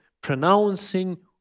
pronouncing